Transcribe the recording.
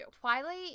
Twilight